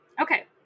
Okay